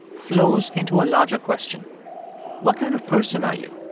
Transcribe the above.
flows into a larger question what kind of person are you?